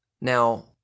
Now